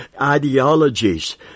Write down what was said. ideologies